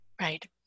right